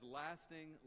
lasting